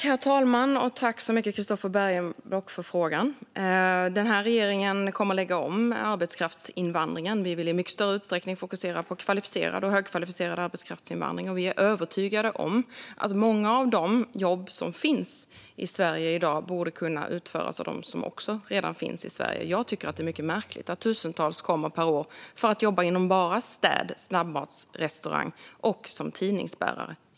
Herr talman! Tack så mycket, Christofer Bergenblock, för frågan! Den här regeringen kommer att lägga om arbetskraftsinvandringen. Vi vill i mycket större utsträckning fokusera på kvalificerad och högkvalificerad arbetskraftsinvandring, och vi är övertygade om att många av de jobb som finns i Sverige i dag borde kunna utföras av dem som också redan finns i Sverige. Jag tycker att det är mycket märkligt att det kommer tusentals per år för att jobba inom städning, på snabbmatsrestauranger och som tidningsutbärare.